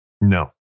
No